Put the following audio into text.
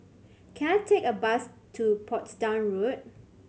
can I take a bus to Portsdown Road